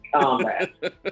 combat